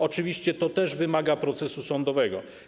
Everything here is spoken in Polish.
Oczywiście to też wymaga procesu sądowego.